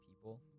people